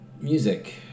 music